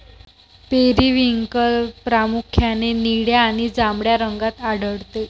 periwinkle प्रामुख्याने निळ्या आणि जांभळ्या रंगात आढळते